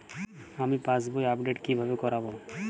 আমি পাসবই আপডেট কিভাবে করাব?